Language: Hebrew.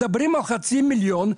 מדברים על חצי מיליון,